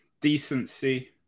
decency